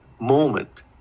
moment